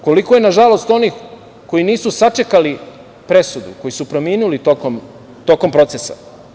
Koliko je, nažalost, onih koji nisu sačekali presudu, koji su preminuli tokom procesa?